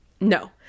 No